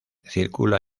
circula